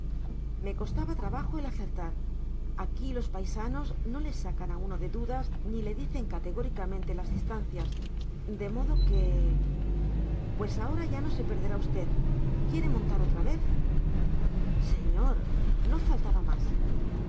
me costaba trabajo el acertar aquí los paisanos no le sacan a uno de dudas ni le dicen categóricamente las distancias de modo que pues ahora ya no se perderá usted quiere montar otra vez señor no faltaba más